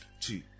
Two